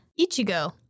Ichigo